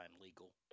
legal